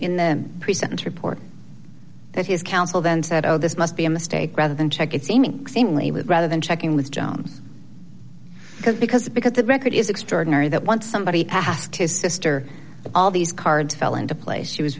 in the present report that his counsel then said oh this must be a mistake rather than check it seeming seemingly with rather than checking with jones because because because the record is extraordinary that once somebody asked his sister all these cards fell into place she was